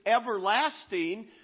everlasting